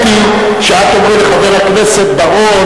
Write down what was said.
אני ציפיתי שאת תאמרי לחבר הכנסת בר-און